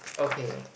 okay